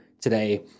today